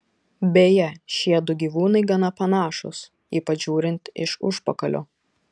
beje šiedu gyvūnai gana panašūs ypač žiūrint iš užpakalio